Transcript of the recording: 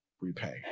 repay